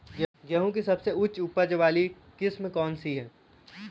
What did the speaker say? गेहूँ की सबसे उच्च उपज बाली किस्म कौनसी है?